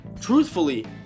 truthfully